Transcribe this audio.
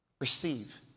Receive